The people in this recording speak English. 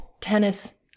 tennis